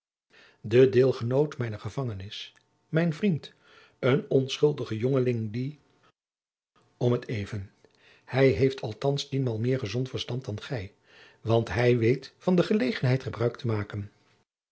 de deelgenoot mijner gevangenis mijn vriend een onschuldige jongeling die om t even hij heeft althands tienmaal meer gezond verstand dan gij want hij weet van de gelegenheid gebruik te maken